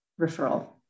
referral